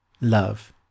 Love